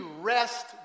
rest